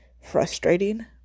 frustrating